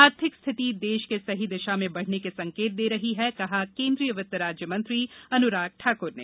आर्थिक स्थिति देश के सही दिशा में बढ़ने के संकेत दे रही है कहा केन्द्रीय वित्त राज्यमंत्री अनुराग ठाकुर ने